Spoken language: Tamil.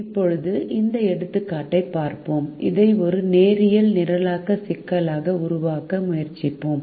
இப்போது இந்த எடுத்துக்காட்டைப் பார்ப்போம் இதை ஒரு நேரியல் நிரலாக்க சிக்கலாக உருவாக்க முயற்சிப்போம்